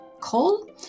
call